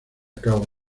cabo